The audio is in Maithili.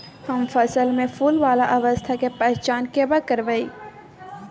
हम फसल में फुल वाला अवस्था के पहचान केना करबै?